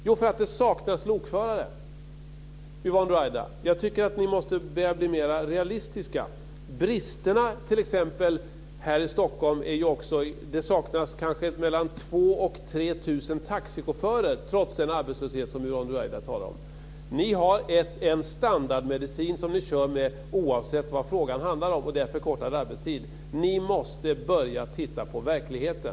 Jo, därför att det saknas lokförare. Yvonne Ruwaida! Jag tycker att ni måste börja bli mer realistiska. Det saknas också mellan 2 000 och 3 000 taxichaufförer här i Stockholm, trots den arbetslöshet som Yvonne Ruwaida talar om. Ni har en standardmedicin som ni kör med oavsett vad frågan handlar om, och det är förkortad arbetstid. Ni måste börja titta på verkligheten!